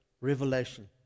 revelation